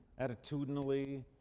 attitudinally,